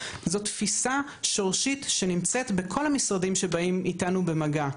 זו תפיסה שורשית שנמצאת בכל המשרדים שבאים איתנו במגע,